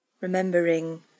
Remembering